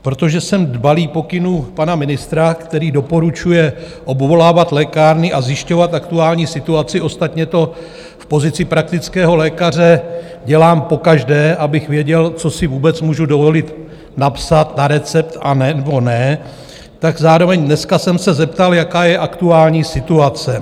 Protože jsem dbalý pokynů pana ministra, který doporučuje obvolávat lékárny a zjišťovat aktuální situaci, ostatně to v pozici praktického lékaře dělám pokaždé, abych věděl, co si vůbec můžu dovolit napsat na recept, anebo ne, tak zároveň dneska jsem se zeptal, jaká je aktuální situace.